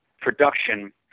production